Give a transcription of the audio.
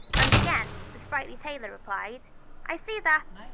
and again the sprightly tailor replied i see that,